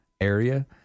area